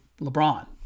LeBron